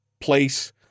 place